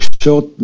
short